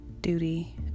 duty